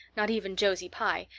not even josie pye,